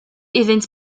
iddynt